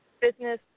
business